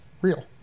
real